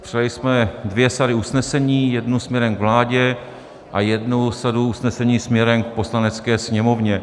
Přijali jsme dvě sady usnesení jednu směrem k vládě a jednu sadu usnesení směrem k Poslanecké sněmovně.